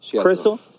Crystal